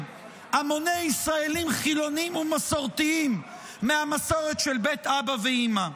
המוני ישראלים חילונים ומסורתיים מהמסורת של בית אבא ואימא.